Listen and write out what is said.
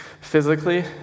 Physically